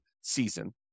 season